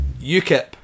UKIP